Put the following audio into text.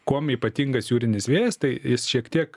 kuom ypatingas jūrinis vėjas tai jis šiek tiek